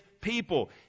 people